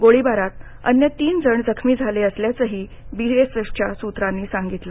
गोळीबारात अन्य तीन जण जखमी झाले असल्याचंही बीएसएफच्या सूत्रांनी सांगितलं